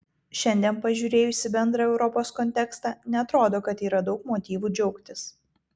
šiandien pažiūrėjus į bendrą europos kontekstą neatrodo kad yra daug motyvų džiaugtis